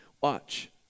Watch